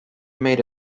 made